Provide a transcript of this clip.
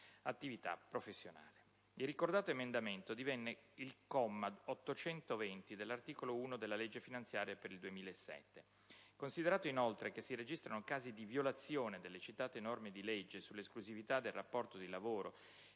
attività professionale»; il ricordato emendamento divenne il comma 820 dell'art. 1 della legge finanziaria per il 2007; considerato, inoltre, che si registrano casi di violazione delle citate norme di legge sulla esclusività del rapporto di lavoro